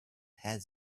had